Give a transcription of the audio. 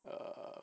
err